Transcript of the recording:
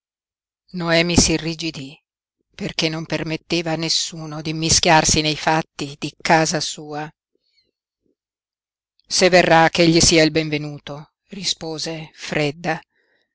piú noemi s'irrigidí perché non permetteva a nessuno di immischiarsi nei fatti di casa sua se verrà ch'egli sia il benvenuto rispose fredda